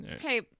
hey